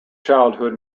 childhood